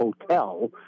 hotel